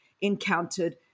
encountered